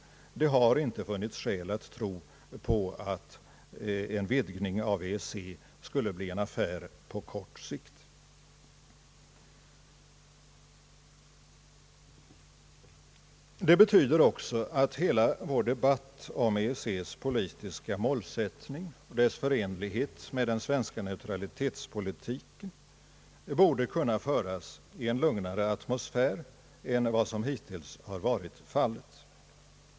Det har inte funnits skäl att tro att en vidgning av EEC skulle bli en affär på kort sikt. Detta bety der också att hela vår debatt om EEC:s politiska målsättning och dess förenlighet med den svenska neutralitetspolitiken borde kunna föras i en lugnare atmosfär än vad som hittills varit fallet.